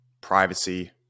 privacy